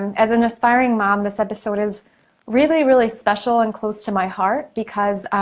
as an apiring mom, this episode is really, really special and close to my heart because